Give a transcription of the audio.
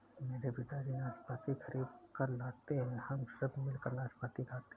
मेरे पिताजी नाशपाती खरीद कर लाते हैं हम सब मिलकर नाशपाती खाते हैं